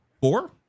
Four